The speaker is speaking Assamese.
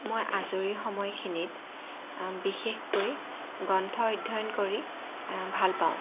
মই আজৰি সময়খিনিত বিশেষকৈ গ্ৰন্থ অধ্যয়ন কৰি ভাল পাওঁ